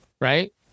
Right